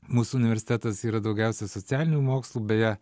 mūsų universitetas yra daugiausia socialinių mokslų beje